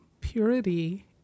purity